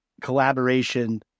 collaboration